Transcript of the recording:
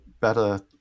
better